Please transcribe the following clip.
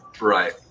Right